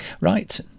right